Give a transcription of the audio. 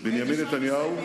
קווי היסוד,